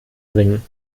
bringen